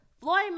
Floyd